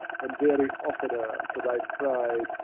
and vary oftener, for thy pride,